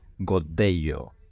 Godello